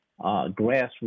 grassroots